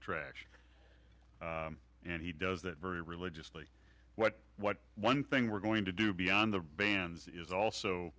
traction and he does that very religiously what what one thing we're going to do beyond the band is also